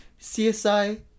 CSI